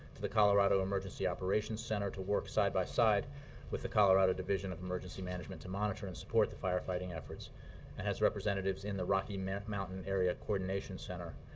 to the colorado emergency operations center to work side by side with the colorado division of emergency management to monitor and support the firefighting efforts and has representatives in the rocky mountain mountain area coordination center,